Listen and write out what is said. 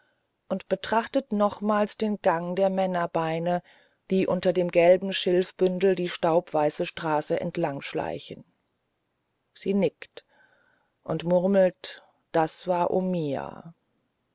und betrachtet nochmals den gang der männerbeine die unter dem gelben schilfbündel die staubweiße straße entlangschleichen sie nickt und murmelt das war omiya